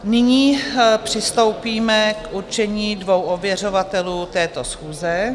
Nyní přistoupíme k určení dvou ověřovatelů této schůze.